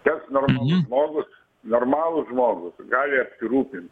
kas normalus žmogus normalus žmogus gali apsirūpint